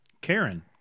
Karen